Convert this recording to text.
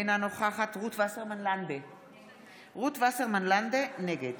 אינה נוכחת רות וסרמן לנדה, נגד